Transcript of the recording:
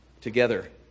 together